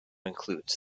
includes